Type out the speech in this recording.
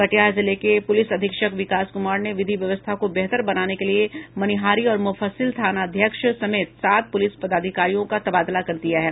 कटिहार जिले के पुलिस अधीक्षक विकास कुमार ने विधि व्यवस्था को बेहतर बनाने के लिए मनिहारी और मुफस्सिल थानाध्यक्ष समेत सात पुलिस पदाधिकारियों का तबादला कर दिया है